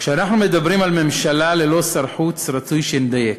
כשאנחנו מדברים על ממשלה ללא שר חוץ, רצוי שנדייק: